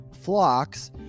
flocks